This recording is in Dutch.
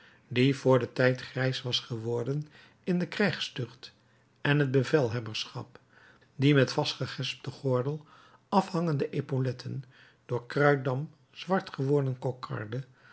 die vr den tijd grijs was geworden in de krijgstucht en het bevelhebberschap die met vastgegespten gordel afhangende epauletten door kruitdamp zwart geworden